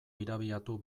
irabiatu